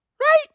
Right